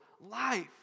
life